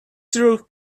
through